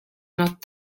not